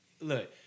look